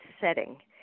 setting